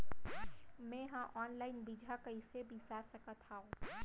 मे हा अनलाइन बीजहा कईसे बीसा सकत हाव